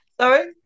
sorry